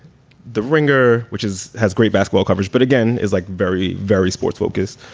the ringer, which is has great basketball coverage, but again is like very, very sports focussed.